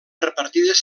repartides